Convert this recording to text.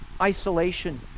isolation